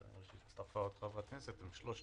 אני רואה שהצטרפה עוד חברת כנסת הם שלושת